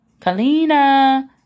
Kalina